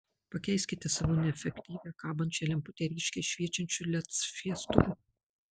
pakeiskite savo neefektyvią kabančią lemputę ryškiai šviečiančiu led šviestuvu